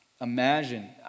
Imagine